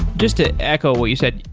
just to echo what you said,